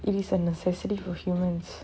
it is a necessity for humans